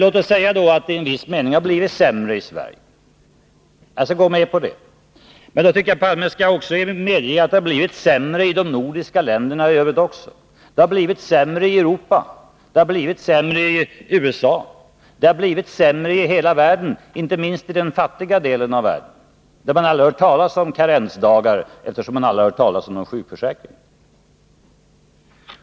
Låt oss säga att det i en viss mening har blivit sämre i Sverige — jag skall gå med på det. Men då tycker jag att Olof Palme skall medge att det också har blivit sämre i de nordiska länderna i övrigt, att det har blivit sämre i Europa, att det har blivit sämre i USA. Han bör medge att det har blivit sämre i hela världen, inte minst i den fattiga delen av världen, där man aldrig har hört talas om karensdagar, eftersom man aldrig har hört talas om någon sjukförsäkring.